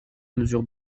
mesure